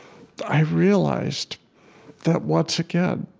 i realized that once again,